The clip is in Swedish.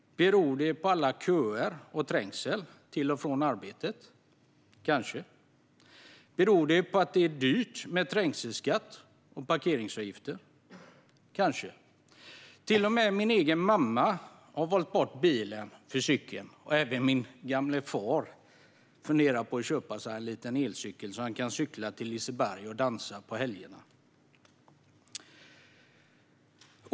Beror det på alla köer och all trängsel till och från arbetet? Kanske är det så. Beror det på att det är dyrt med trängselskatt och parkeringsavgifter? Kanske är det så. Till och med min egen mamma har valt bort bilen för cykeln. Och även min gamle far funderar på att köpa sig en elcykel, så att han kan cykla till Liseberg och dansa på helgerna.